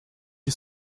que